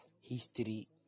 history